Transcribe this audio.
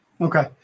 okay